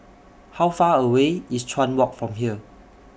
How Far away IS Chuan Walk from here